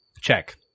Check